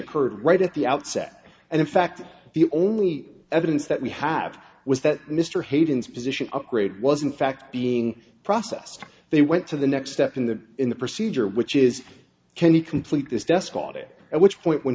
occurred right at the outset and in fact the only evidence that we have was that mr haven's position upgrade wasn't fact being processed they went to the next step in the in the procedure which is can you complete this desk top it at which point when